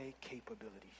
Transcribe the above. capabilities